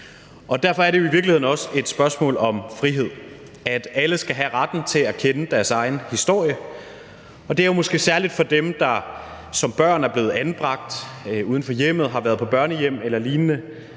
Derfor er det jo i virkeligheden også et spørgsmål om frihed – alle skal have retten til at kende deres egen historie – og det er jo måske særlig for dem, der som børn er blevet anbragt uden for hjemmet, har været på børnehjem eller lignende.